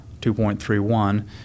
2.31